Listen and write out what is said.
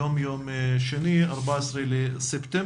היום יום שני, 14 בספטמבר.